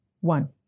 one